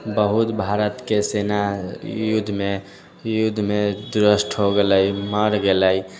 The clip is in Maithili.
बहुत भारतके सेना युद्धमे युद्धमे हो गेलै मर गेलै